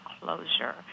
closure